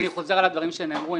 אני חוזר על הדברים שנאמרו,